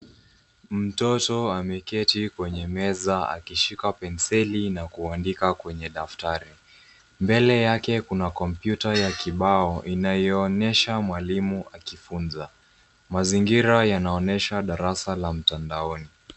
Mtoto ameketi kwenye meza akishika penseli na kuandika kwenye daftari. Mbele yake kuna kompyuta ya kibao inayoonyesha mwalimu akifunza. Mazingira yanaonyesha darasa ya mtandoni.